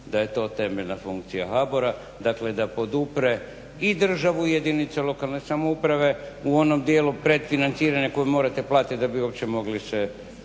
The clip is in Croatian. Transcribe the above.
da je to temeljna funkcija HBOR-a dakle da podupre i državu i jedinice lokalne samouprave u onom dijelu predfinanciranja koju morate platiti da bi se